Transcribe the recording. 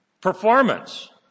Performance